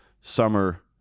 summer